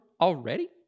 already